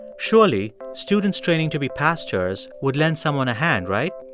surely students training to be pastors would lend someone a hand, right?